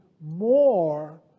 more